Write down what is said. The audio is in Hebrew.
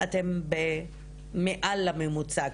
אתם מעל הממוצע.